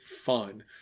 fun